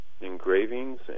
engravings